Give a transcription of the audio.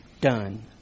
Done